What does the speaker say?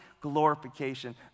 glorification